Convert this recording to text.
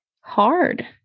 hard